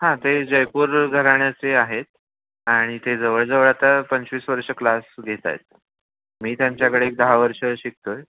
हा ते जयपूर घराण्याचे आहेत आणि ते जवळजवळ आता पंचवीस वर्ष क्लास घेत आहेत मी त्यांच्याकडे एक दहा वर्ष शिकतो आहे